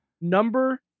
number